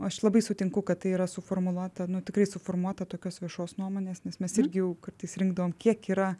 aš labai sutinku kad tai yra suformuluota nu tikrai suformuota tokios viešos nuomonės nes mes irgi jau kartais rinkdavom kiek yra